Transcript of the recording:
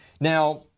Now